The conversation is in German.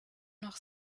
noch